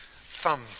thumb